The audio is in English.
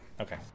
Okay